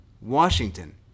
Washington